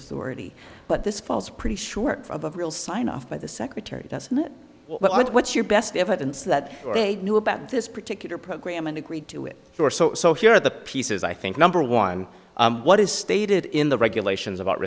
authority but this falls pretty sure above real signed off by the secretary doesn't it what's your best evidence that they knew about this particular program and agreed to it for so so here are the pieces i think number one what is stated in the regulations about